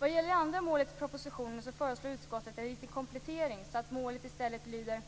När det gäller det andra målet i propositionen föreslår utskottet en liten komplettering, så att målet i stället lyder: